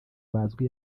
bazwi